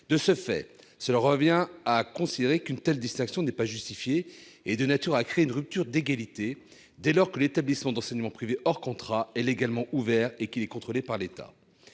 scolaire. Or nous considérons qu'une telle distinction n'est pas justifiée et est de nature à créer une rupture d'égalité, dès lors que l'établissement d'enseignement privé hors contrat est légalement ouvert et qu'il est contrôlé par l'État.